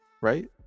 right